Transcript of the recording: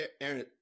Aaron